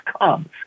comes